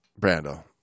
Brando